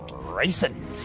racing